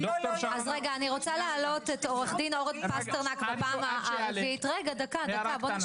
עו"ד אורן פסטרנק, אני מבקשת להעלות אותו.